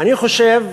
אני חושב